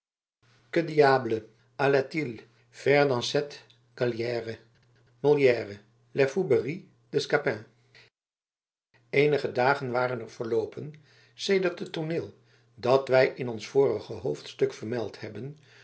cette galère molière les fourberies de scapin eenige dagen waren er verloopen sedert het tooneel dat wij in ons vorige hoofdstuk vermeld hebben